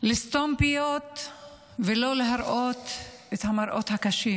לסתום פיות ולא להראות את המראות הקשים.